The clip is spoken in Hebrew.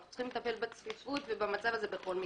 אנחנו צריכים לטפל בצפיפות ובמצב הזה בכל מקרה,